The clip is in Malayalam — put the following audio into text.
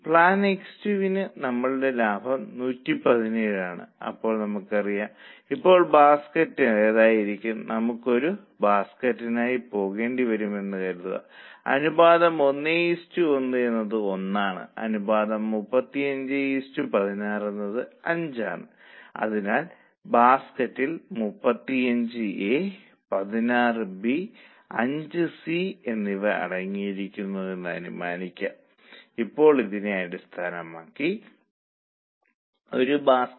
പുതിയ യൂണിറ്റുകളുടെ എണ്ണം എന്താണ് 10000 ൽ നിന്ന് 12000 ആയി വർദ്ധിച്ചു വിൽപ്പന വില ഇപ്പോൾ 32 ആണ് നേരിട്ടുള്ള മെറ്റീരിയൽ ചെലവ് മാറാൻ പോകുന്നില്ല ഇത് 8 ൽ സ്ഥിരമായി തുടരും ലേബർ വേരിയബിൾ ഓവർഹെഡുകൾ എന്നിവ എഴുതുക